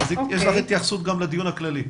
יש לך התייחסות גם לדיון הכללי?